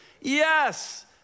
Yes